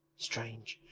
strange!